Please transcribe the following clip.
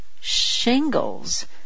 shingles